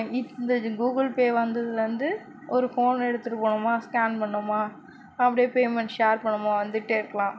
இந்த Google Pay வந்ததுலருந்து ஒரு ஃபோன் எடுத்துட்டு போனோமா ஸ்கேன் பண்ணிணோமா அப்படியே பேமெண்ட் ஷேர் பண்ணிணோமா வந்துகிட்டே இருக்கலாம்